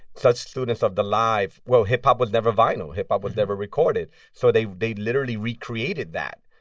such students of the live well, hip-hop was never vinyl. hip-hop was never recorded. so they they literally recreated that.